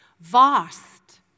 vast